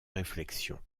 réflexion